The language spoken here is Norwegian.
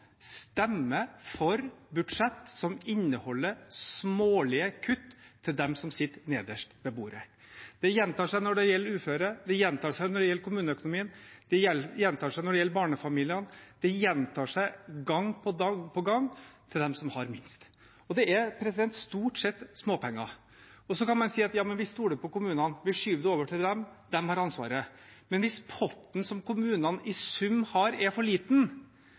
for budsjett som inneholder smålige kutt til dem som sitter nederst ved bordet. Det gjentar seg når det gjelder uføre, det gjentar seg når det gjelder kommuneøkonomien, det gjentar seg når det gjelder barnefamiliene, det gjentar seg gang på gang på gang til dem som har minst. Og det er stort sett småpenger. Så kan man si: Ja, men vi stoler på kommunene, vi skyver det over til dem, de har ansvaret. Men hvis potten som kommunene – i sum – har, er for liten,